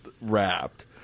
wrapped